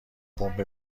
پمپ